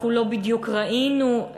אנחנו לא בדיוק ראינו,